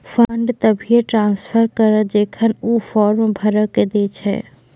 fund तभिये transfer करऽ जेखन ऊ फॉर्म भरऽ के दै छै